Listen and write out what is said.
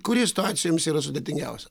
kuri situacija jums yra sudėtingiausia